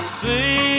see